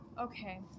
Okay